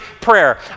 prayer